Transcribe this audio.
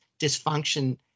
dysfunction